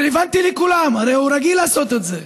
רלוונטי לכולם, הרי הוא רגיל לעשות את זה.